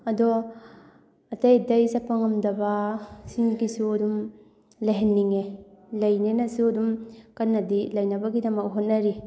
ꯑꯗꯣ ꯑꯇꯩ ꯑꯇꯩ ꯆꯠꯄ ꯉꯝꯗꯕꯁꯤꯡꯒꯤꯁꯨ ꯑꯗꯨꯝ ꯂꯩꯍꯟꯅꯤꯡꯉꯦ ꯂꯩꯅꯦꯅꯁꯨ ꯑꯗꯨꯝ ꯀꯟꯅꯗꯤ ꯂꯩꯅꯕꯒꯤꯗꯃꯛ ꯍꯣꯠꯅꯔꯤ